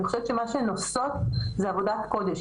אני חושבת שמה שהן עושות זו עבודת קודש.